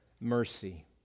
mercy